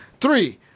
Three